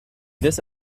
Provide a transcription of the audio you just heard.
this